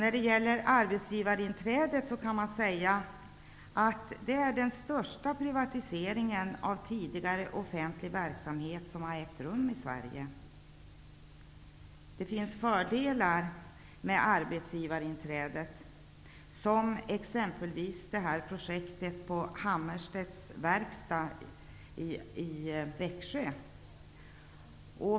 Vad gäller arbetsgivarinträdet kan man säga att det är den största privatisering av tidigare offentlig verksamhet som har ägt rum i Det finns fördelar med arbetsgivarinträdet, exempelvis projektet på Hammarstedt Verkstads AB i Växjö.